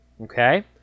okay